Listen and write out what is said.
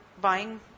buying